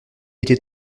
était